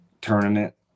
tournament